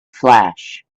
flash